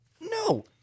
No